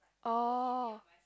oh